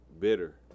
bitter